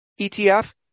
ETF